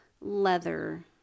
leather